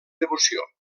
devoció